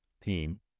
team